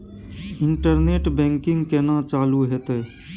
Internet banking केना चालू हेते?